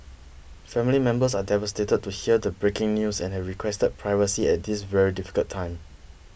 family members are devastated to hear the breaking news and have requested privacy at this very difficult time